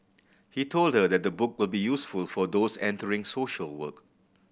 he told her that the book will be useful for those entering social work